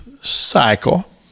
cycle